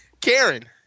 Karen